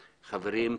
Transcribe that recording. חברים,